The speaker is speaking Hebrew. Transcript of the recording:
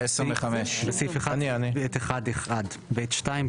בסעיף 1(ב1)(1)(ב)(2),